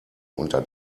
unter